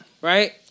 Right